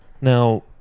Now